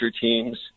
teams